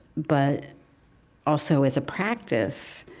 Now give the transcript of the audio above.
but also as a practice,